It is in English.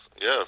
Yes